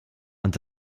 und